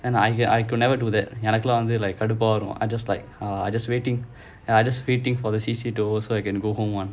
and I could I could never do that ya எனகுலாம் வந்து கடுப்பா வரும்:ennakulaam vanthu kaduppaa varum I just like uh I just waiting uh I just waiting for the C_C_A to end so I can go home [one]